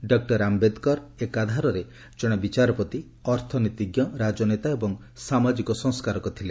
doctor Ambedkar ଏକାଧାରରେ ଜଣେ ବିଚାରପତି ଅର୍ଥନୀତିଜ୍ଞ ରାଜନେତା ଏବଂ ସାମାଜିକ ସଂସ୍କାରକ ଥିଲେ